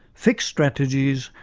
fixed strategies,